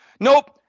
Nope